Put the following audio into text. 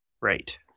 right